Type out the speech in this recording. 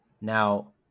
now